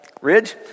Ridge